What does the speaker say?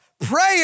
prayer